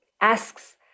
asks